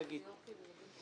שגית.